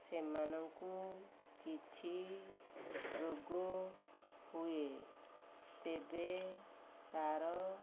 ସେମାନଙ୍କୁ କିଛି ରୋଗ ହୁଏ ତେବେ ତା'ର